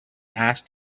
ash